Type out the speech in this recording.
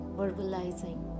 verbalizing